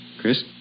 Chris